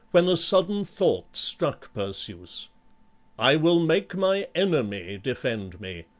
when a sudden thought struck perseus i will make my enemy defend me.